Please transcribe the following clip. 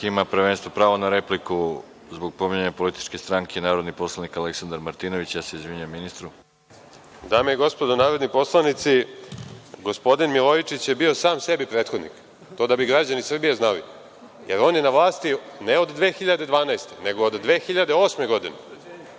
ima prvenstvo, pravo na repliku zbog pominjanja političke stranke, narodni poslanik Aleksandar Martinović. Ja se izvinjavam ministru. **Aleksandar Martinović** Dame i gospodo narodni poslanici, gospodin Milojičić je bio sam sebi prethodnik, to da bi građani Srbije znali, jer on je na vlasti ne od 2012, nego od 2008. godine.